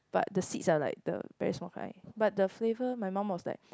but the seeds are like the very small kind but the flavour my mum was like